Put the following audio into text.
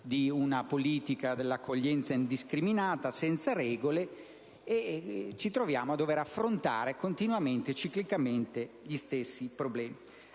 di una politica dell'accoglienza indiscriminata, senza regole. Ci troviamo a dover affrontare ciclicamnte gli stessi problemi.